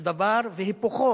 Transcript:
זה דבר והיפוכו.